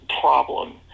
problem